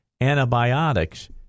antibiotics